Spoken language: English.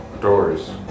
doors